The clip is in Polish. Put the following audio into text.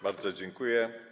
Bardzo dziękuję.